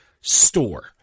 store